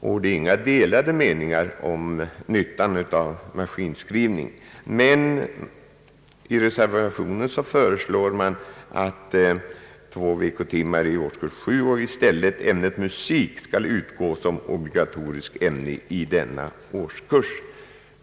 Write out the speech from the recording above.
Det råder inga delade meningar om nyttan av maskinskrivning, men i reservationen föreslås två veckotimmar härför i årskurs 7 och att i stället ämnet musik skall utgå som obligatoriskt ämne i denna årskurs.